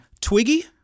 twiggy